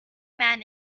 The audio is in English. man